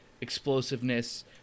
explosiveness